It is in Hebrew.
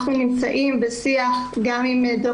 אנחנו נעביר את הטיוטה הזאת לגורמים